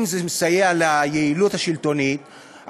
אם זה מסייע ליעילות השלטונית,